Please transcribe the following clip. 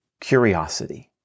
curiosity